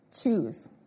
choose